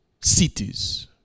cities